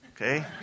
okay